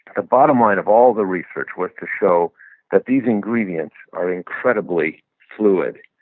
the bottom line of all the research was to show that these ingredients are incredibly fluid.